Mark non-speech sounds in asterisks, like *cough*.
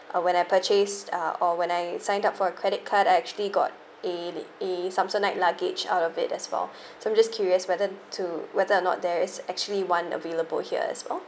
uh when I purchase uh or when I sign up for a credit card I actually got a l~ a samsonite luggage out of it as well *breath* so I'm just curious whether to whether or not there is actually one available here as well